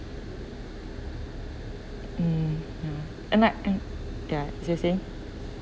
mm mm and I mm ya jessy